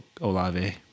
Olave